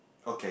okay